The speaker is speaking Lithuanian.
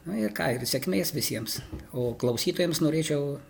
na ir ką ir sėkmės visiems o klausytojams norėčiau